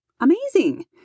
Amazing